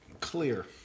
Clear